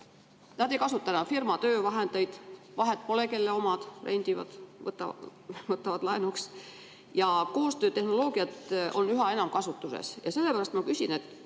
ei kasuta enam firma töövahendeid, vahet pole, kelle omad – rendivad, võtavad laenuks. Ja koostöötehnoloogia on üha enam kasutuses. Sellepärast ma küsin,